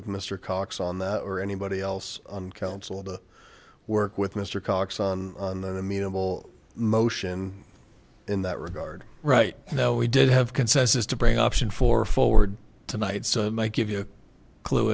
with mr cox on that or anybody else on council to work with mr cox and amenable motion in that regard right now we did have consensus to bring option four forward tonight so it might give you a clue